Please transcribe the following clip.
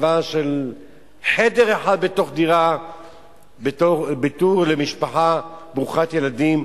הרחבה של חדר אחד בתוך דירה למשפחה ברוכת ילדים,